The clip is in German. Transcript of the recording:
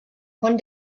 von